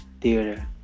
theater